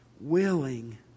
willing